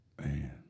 man